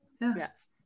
Yes